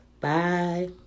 Bye